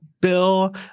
bill